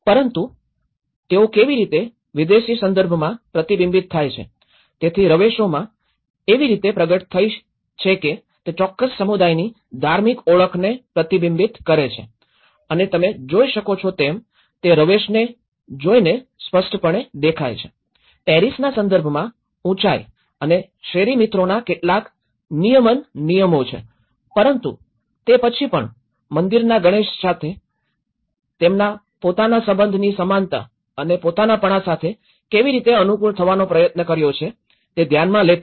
પરંતુ તેઓ કેવી રીતે વિદેશી સંદર્ભમાં પ્રતિબિંબિત થાય છે તેથી રવેશોમાં એવી રીતે પ્રગટ થઈ છે કે તે ચોક્કસ સમુદાયની ધાર્મિક ઓળખને પ્રતિબિંબિત કરે છે અને તમે જોઈ શકો છો તેમ તે રવેશને જોઈને સ્પષ્ટપણે દેખાય છે પેરિસના સંદર્ભમાં ઉંચાઈ અને શેરી મિત્રોના કેટલાક નિયમન નિયમો છે પરંતુ તે પછી પણ મંદિરના ગણેશ સાથે તેમના પોતાના સંબંધની સમાનતા અને પોતાનાપણા સાથે કેવી રીતે અનુકૂળ થવાનો પ્રયત્ન કર્યો છે તે ધ્યાનમાં લેતા